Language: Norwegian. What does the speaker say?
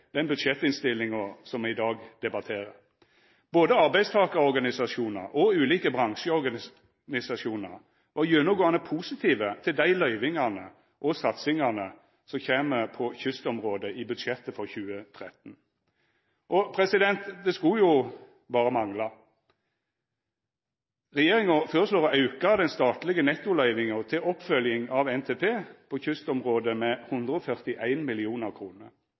den budsjettinnstillinga som me i dag debatterer. Både arbeidstakarorganisasjonar og ulike bransjeorganisasjonar var gjennomgåande positive til dei løyvingane til og dei satsingane på kystområdet som kjem i budsjettet for 2013. Det skulle jo berre mangla. Regjeringa føreslår å auka den statlege nettoløyvinga til oppfølging av NTP på kystområdet med